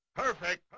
Perfect